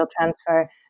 transfer